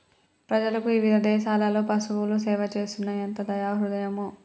ప్రజలకు ఇవిధ దేసాలలో పసువులు సేవ చేస్తున్నాయి ఎంత దయా హృదయమో